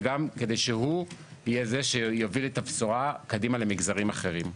וגם כדי שהוא יהיה זה שיוביל את הבשורה קדימה למגזרים אחרים.